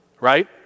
Right